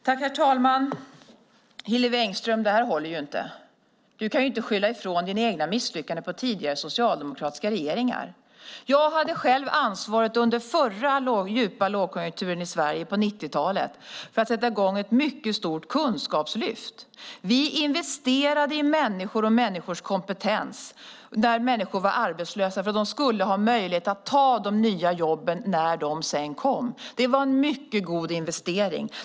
Herr talman! Det här håller inte, Hillevi Engström! Du kan inte skylla dina egna misslyckanden på tidigare socialdemokratiska regeringar. Under den förra djupa lågkonjunkturen i Sverige, på 90-talet, hade jag själv ansvaret för att sätta i gång ett mycket stort kunskapslyft. Vi investerade i människor och i människors kompetens när människor var arbetslösa för att de skulle ha en möjlighet att ta de nya jobben när de sedan kom. Det var en mycket god investering.